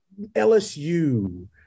LSU